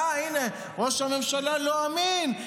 אה, הינה, ראש הממשלה לא אמין.